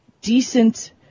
decent